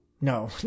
no